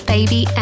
Baby